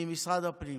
ממשרד הפנים: